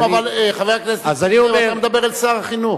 אבל, חבר הכנסת נסים, אתה מדבר אל שר החינוך.